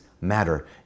matter